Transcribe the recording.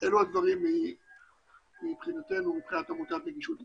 אלו הדברים מבחינתנו, מבחינת עמותת נגישות ישראל.